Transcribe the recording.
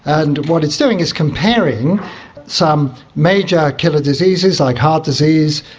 and what it's doing is comparing some major killer diseases like heart disease,